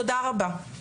תודה רבה.